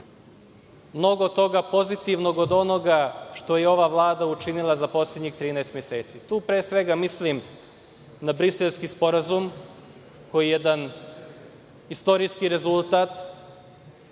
mnogo toga pozitivnog od onoga što je ova Vlada učinila za poslednjih 13 meseci. Tu pre svega mislim na Briselski sporazum, koji je jedan istorijski rezultat,